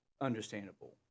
understandable